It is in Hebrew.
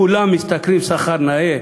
כולם משתכרים שכר נאה?